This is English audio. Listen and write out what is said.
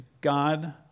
God